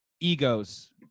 egos